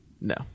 No